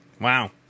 Wow